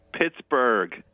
Pittsburgh